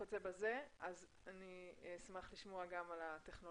כך שאשמח לשמוע גם על הטכנולוגיה?